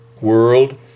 world